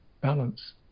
balance